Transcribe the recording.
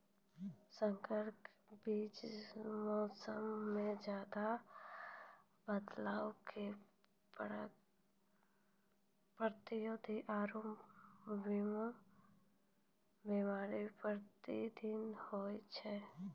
संकर बीज मौसमो मे ज्यादे बदलाव के प्रतिरोधी आरु बिमारी प्रतिरोधी होय छै